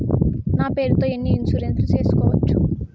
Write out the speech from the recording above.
నా పేరుతో ఎన్ని ఇన్సూరెన్సులు సేసుకోవచ్చు?